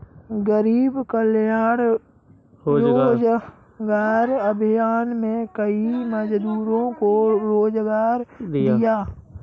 गरीब कल्याण रोजगार अभियान में कई मजदूरों को रोजगार दिया